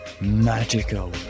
magical